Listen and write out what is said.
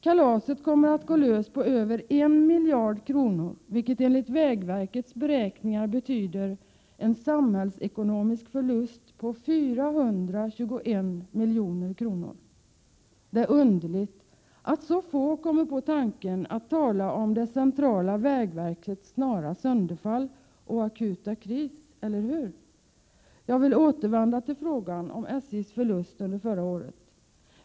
Kalaset kommer att gå på över 1 miljard kronor, vilket enligt vägverkets beräkningar betyder en samhällsekonomisk förlust på 421 milj.kr. Det är underligt att så få kommer på tanken att tala om det centrala vägverkets snara sönderfall och akuta kris, eller hur? Jag vill återvända till frågan om SJ:s förlust under förra året.